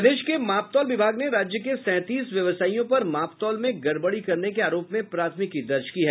प्रदेश के माप तौल विभाग ने राज्य के सैंतीस व्यवसायियों पर माप तौल में गड़बड़ी करने के आरोप में प्राथमिकी दर्ज की है